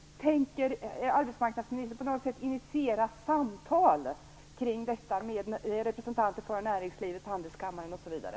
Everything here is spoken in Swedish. Tänker arbetsmarknadsministern på något sätt initiera samtal kring detta med representanter för näringslivet, handelskammaren osv.?